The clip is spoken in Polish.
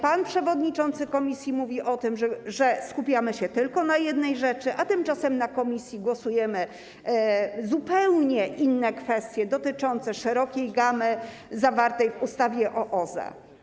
Pan przewodniczący komisji mówi o tym, że skupiamy się tylko na jednej rzeczy, a tymczasem w komisji głosujemy nad zupełnie innymi kwestiami, dotyczącymi szerokiej gamy spraw zawartych w ustawie o OZE.